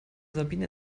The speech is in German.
sabine